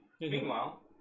Meanwhile